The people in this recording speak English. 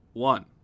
One